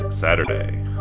Saturday